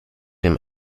dem